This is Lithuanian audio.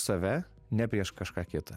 save ne prieš kažką kitą